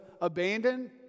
abandoned